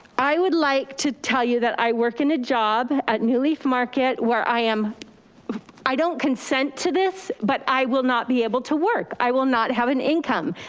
i would like to tell you that i work in a job at new leaf market where i um i don't consent to this, but i will not be able to work. i will not have an income.